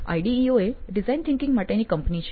IDEO એ design thinking માટેની company છે